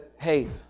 hey